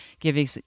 giving